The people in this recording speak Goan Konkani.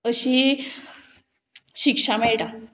अशी शिक्षा मेळटा